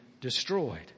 destroyed